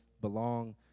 belong